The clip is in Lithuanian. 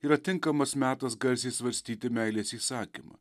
yra tinkamas metas garsiai svarstyti meilės įsakymą